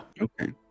okay